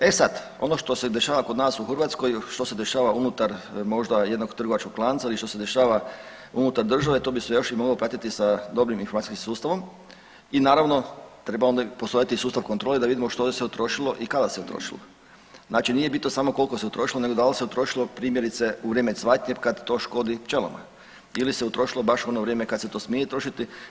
E sad, ono što se dešava kod nas u Hrvatskoj, što se dešava unutar možda jednog trgovačkog lanca ili što se dešava unutar države to bi se još i moglo pratiti sa dobrim informacijskim sustavom i naravno treba onda i postaviti sustav kontrole da vidimo što se utrošilo i kada se utrošilo, znači nije bitno samo kolko se utrošilo nego dal se utrošilo primjerice u vrijeme cvatnje kad to škodi pčelama ili se utrošilo baš u ono vrijeme kad se to smije trošiti.